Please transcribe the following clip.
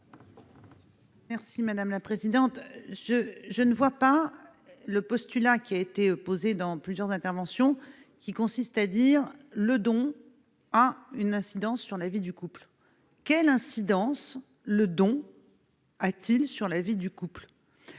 explication de vote. Je ne comprends pas le postulat qui a été posé dans plusieurs interventions et qui consiste à dire que le don a une incidence sur la vie du couple. Quelle incidence le don a-t-il sur la vie du couple ?